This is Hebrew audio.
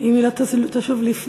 היא תשוב, היא תשוב.